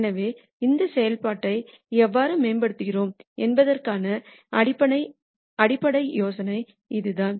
எனவே இந்த செயல்பாட்டை எவ்வாறு மேம்படுத்துகிறோம் என்பதற்கான அடிப்படை யோசனை இதுதான்